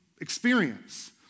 experience